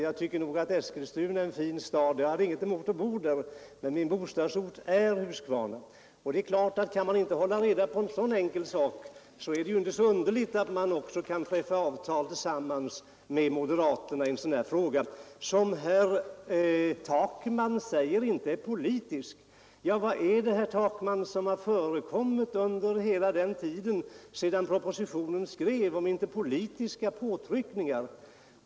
Jag tycker nog att Eskilstuna är en fin stad, och jag skulle inte ha något emot att bo där, men min bostadsort är Huskvarna. Kan man inte hålla reda på en så enkel sak är det inte så underligt att man kan träffa avtal med moderaterna i en sådan här fråga, som herr Takman säger inte ä politisk. Ja, vad är det herr Takman som har förekommit under hela den tid som gått sedan propositionen skrevs om inte politiska påtryckningar?